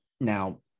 now